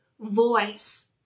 voice